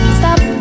stop